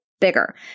bigger